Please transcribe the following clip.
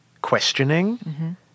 questioning